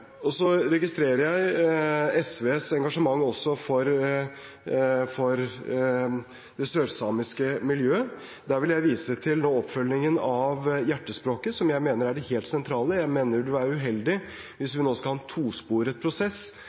registrerer SVs engasjement også for det sørsamiske miljøet. Da vil jeg vise til oppfølgingen av rapporten Hjertespråket, som jeg mener er det helt sentrale. Jeg mener det ville være uheldig hvis vi nå skulle ha